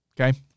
okay